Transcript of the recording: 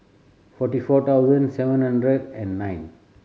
forty four thousand seven hundred and nine